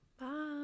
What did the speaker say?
Bye